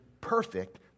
perfect